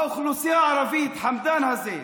האוכלוסייה הערבית, חמדאן הזה,